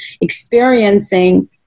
experiencing